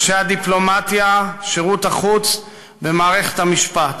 אנשי הדיפלומטיה, שירות החוץ ומערכת המשפט,